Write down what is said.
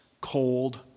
cold